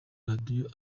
radio